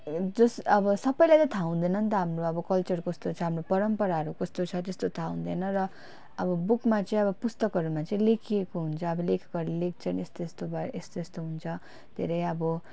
जस अब सबैलाई त थाहा हुँदैन नि त हाम्रो अब कल्चर कस्तो छ हाम्रो परम्पराहरू कस्तो छ त्यस्तो थाहा हुँदैन र अब बुकमा चाहिँ पुस्तकहरूमा चाहिँ अब लेखिएको हुन्छ अब लेखकहरूले लेख्छन् यस्तो यस्तो भएर यस्तो यस्तो हुन्छ धेरै अब